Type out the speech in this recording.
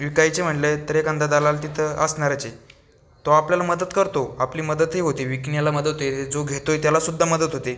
विकायची म्हटलं तर एखादा दलाल तिथं असणारच आहे तो आपल्याला मदत करतो आपली मदतही होते विकण्याला मदत आहे जो घेतो आहे त्यालासुद्धा मदत होते